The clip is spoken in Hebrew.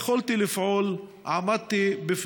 בריאיון עימה בשנת 2012,